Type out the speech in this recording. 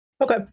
Okay